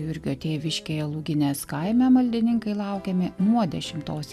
jurgio tėviškėje luginės kaime maldininkai laukiami nuo dešimtos